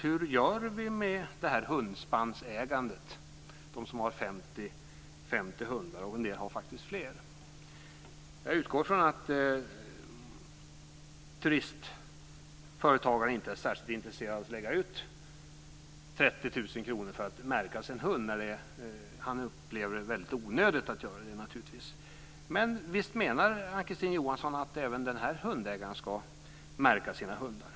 Hur gör vi med dem som äger hundspann, som har 50 hundar eller fler? Jag utgår från att en turistföretagare inte är särskilt intresserad av att lägga ut 30 000 kr för att märka sin hund när han upplever det som väldigt onödigt att göra det. Men visst menar Ann-Kristine Johansson att även den hundägaren ska märka sina hundar?